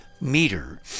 meter